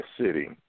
city